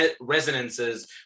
resonances